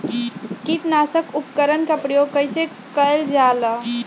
किटनाशक उपकरन का प्रयोग कइसे कियल जाल?